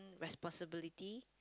responsibility